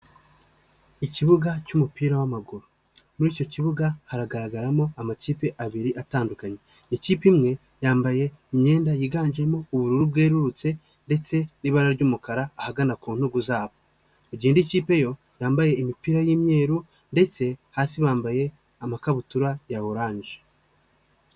Ikibuga cy'umupira w'amaguru. Muri icyo kibuga, haragaragaramo amakipe abiri atandukanye. Ikipe imwe yambaye imyenda yiganjemo ubururu bwerurutse, ndetse n'ibara ry'umukara ahagana ku ntugu zabo. Mu gihe indi ikipe yo yambaye imipira y'imyeru ndetse hasi bambaye amakabutura ya orange.